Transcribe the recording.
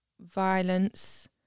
violence